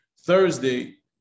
Thursday